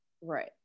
right